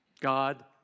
God